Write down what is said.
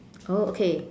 oh okay